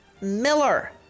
Miller